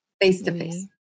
face-to-face